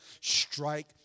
strike